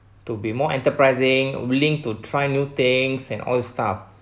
to be more enterprising willing to try new things and all those stuff